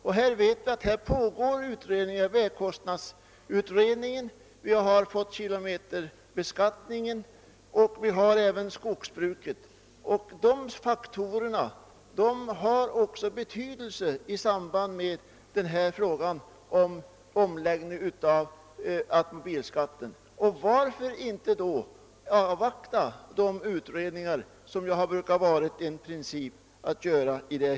Det har tillsatts en vägkostnadsutredning, det pågår en utredning om kilometerbeskattning, och det företas utredningar även inom skogsbruket. Resultaten kommer att få betydelse också för frågan om en omläggning av automobilskatten. Varför då inte avvakta resultatet av utredningarna, vilket är en princip i detta hus?